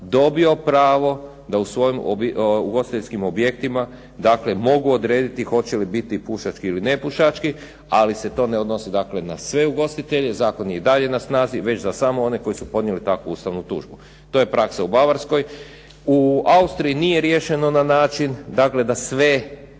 dobio pravo da u svojim ugostiteljskim objektima mogu odrediti hoće li biti pušački ili nepušački, ali se to ne odnosi na sve ugostitelje. Zakon je i dalje na snazi, već za samo one koji su podnijeli takvu ustavnu tužbu. To je praksa u Bavarskoj. U Austriji nije riješeno na način dakle da sve